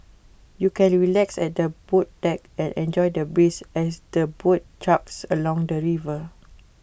you can relax at the boat deck and enjoy the breeze as the boat chugs along the river